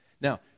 Now